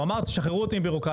הוא אמר תשחררו אותי מבירוקרטיה,